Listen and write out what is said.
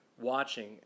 watching